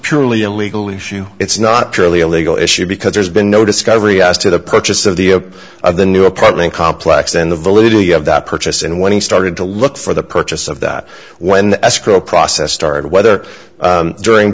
purely a legal issue it's not purely a legal issue because there's been no discovery as to the purchase of the of the new apartment complex and the validity of that purchase and when he started to look for the purchase of that when the escrow process started whether during